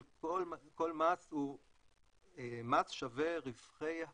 של כל מס הוא מס שווה רווחים,